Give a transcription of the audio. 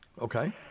Okay